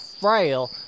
frail